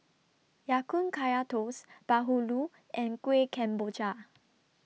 Ya Kun Kaya Toast Bahulu and Kuih Kemboja